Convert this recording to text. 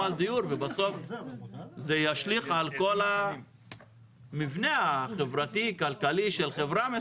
בסוף זה ישליך על המבנה הכלכלי חברתי של החברה.